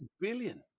billion